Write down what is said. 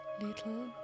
little